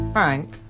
Frank